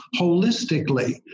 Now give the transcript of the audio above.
holistically